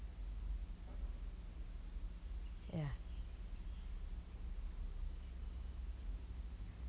ya